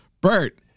Bert